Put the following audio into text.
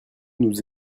nous